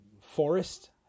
forest